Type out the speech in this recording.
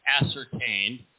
ascertained